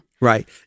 Right